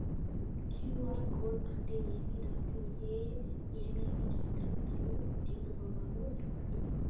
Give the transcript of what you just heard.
QR code అంటే ఏమి? దాంట్లో ఏ ఏమేమి జాగ్రత్తలు తీసుకోవాలో సెప్పండి?